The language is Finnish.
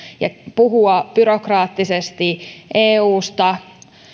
ja puhua byrokraattisesti eusta